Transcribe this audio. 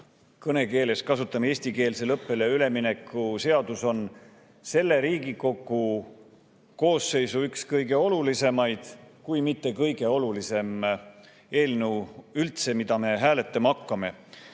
kõnekeeles kasutame, eestikeelsele õppele ülemineku seadus on selle Riigikogu koosseisu üks olulisemaid kui mitte kõige olulisem eelnõu üldse, mida me hääletama hakkame,